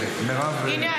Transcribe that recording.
הינה,